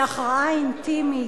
היא הכרעה אינטימית,